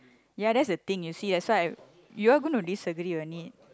ya that's the thing you see I so I you're going to disagree on it